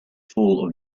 full